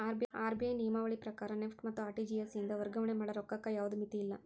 RBI ನಿಯಮಾವಳಿ ಪ್ರಕಾರ NEFT ಮತ್ತ ಆರ್.ಟಿ.ಜಿ.ಎಸ್ ಇಂದ ವರ್ಗಾವಣೆ ಮಾಡ ರೊಕ್ಕಕ್ಕ ಯಾವ್ದ್ ಮಿತಿಯಿಲ್ಲ